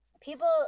people